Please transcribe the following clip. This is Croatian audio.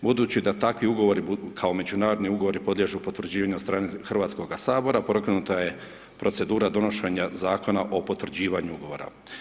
Budući da takvi Ugovori, kao Međunarodni ugovori, podliježu potvrđivanju od strane HS-a, pokrenuta je procedura donošenja Zakona o potvrđivanju Ugovora.